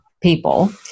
people